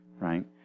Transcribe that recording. right